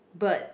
birds